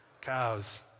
Cows